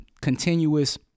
continuous